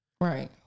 Right